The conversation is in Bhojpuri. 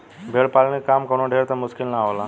भेड़ पालन के काम कवनो ढेर त मुश्किल ना होला